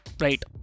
Right